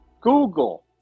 Google